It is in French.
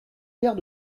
paire